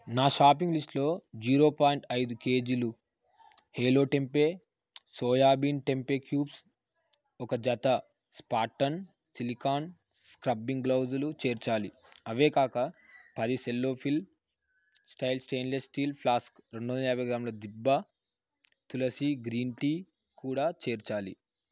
నా షాపింగ్ లిస్టులో zero point ఐదు కేజీలు hello tempeh soya bean tempeh క్యూబులు ఒక జత స్పార్టాన్ సిలికాన్ స్క్రబ్బింగ్ గ్లవ్స్ చేర్చాలి అవే కాక పది Cello flip style stainless steel flask రెండు వందల యాబై గ్రా దిభా తులసీ గ్రీన్ టీ కూడా చేర్చాలి